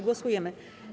Głosujemy.